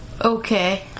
Okay